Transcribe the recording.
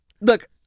Look